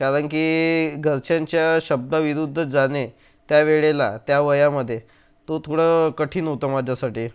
कारण की घरच्यांच्या शब्दाविरूध्द जाणे त्यावेळेला त्या वयामधे तो थोडं कठीण होतं माझ्यासाठी